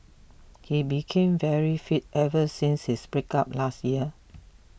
he became very fit ever since his breakup last year